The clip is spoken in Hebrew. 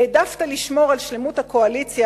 העדפת לשמור על שלמות הקואליציה,